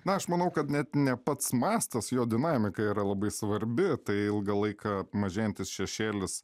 na aš manau kad net ne pats mastas jo dinamika yra labai svarbi tai ilgą laiką mažėjantis šešėlis